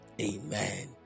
amen